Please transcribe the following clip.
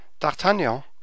D'Artagnan